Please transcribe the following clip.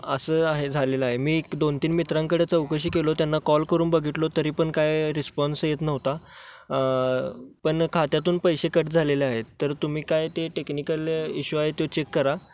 असं आहे झालेलं आहे मी एक दोन तीन मित्रांकडे चौकशी केली त्यांना कॉल करून बघितले तरी पण काय रिस्पॉन्स येत नव्हता पण खात्यातून पैसे कट झालेले आहेत तर तुम्ही काय ते टेक्निकल इश्यू आहे तो चेक करा